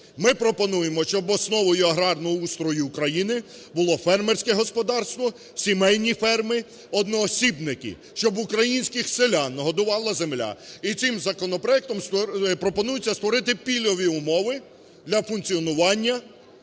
Ми пропонуємо, щоб основою аграрного устрою України було фермерське господарство, сімейні ферми, одноосібники. Щоб українських селян годувала земля. І цим законопроектом пропонується створити пільгові умови для функціонування,